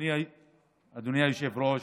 אדוני היושב-ראש,